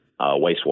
wastewater